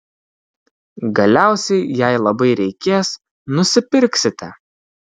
galiausiai jei labai reikės nusipirksite